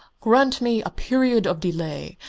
grant me a period of delay,